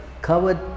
covered